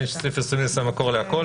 נדמה לי שסעיף 20 זה המקור להכול,